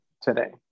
today